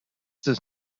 does